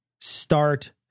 start